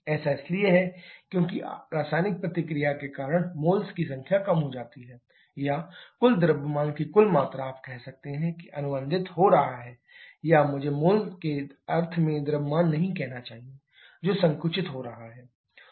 ऐसा इसलिए है क्योंकि रासायनिक प्रतिक्रिया के कारण मोल्स की संख्या कम हो जाती है या कुल द्रव्यमान की कुल मात्रा आप कह सकते हैं कि अनुबंधित हो रहा है या मुझे मोल के अर्थ में द्रव्यमान नहीं कहना चाहिए जो संकुचित हो रहा है